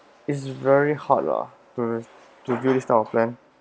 is very hard lah really to do this kind of plan